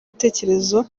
ibitekerezo